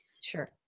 Sure